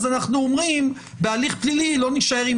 אז אנחנו אומרים שבהליך פלילי לא נישאר עם